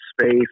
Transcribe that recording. space